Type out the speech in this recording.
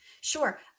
Sure